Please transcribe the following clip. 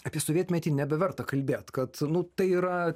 apie sovietmetį nebeverta kalbėt kad nu tai yra